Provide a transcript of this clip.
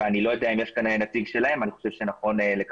אני לא יודע אם נמצא כאן נציג שלהם אבל אני חושב שנכון לקבל